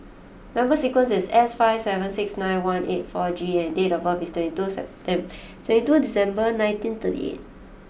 number sequence is S five seven six nine one eight four G and date of birth is twenty two second twenty two December nineteen thirty eight